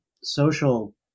social